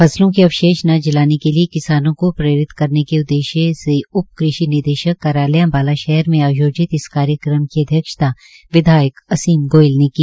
फसलों के अवशेष न जलाने के लिए किसानो को प्रेरित करने के उद्देश्य उपकृषि निदेशक कार्यालय अम्बाला शहर में आयोजित इस कार्यक्रम की अध्यक्षता विधायक असीम गोयल ने की